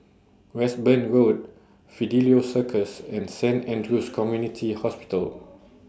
Westbourne Road Fidelio Circus and Saint Andrew's Community Hospital